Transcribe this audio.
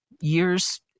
Years